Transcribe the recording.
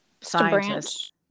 scientist